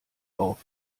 auf